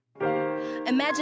Imagine